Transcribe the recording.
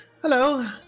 hello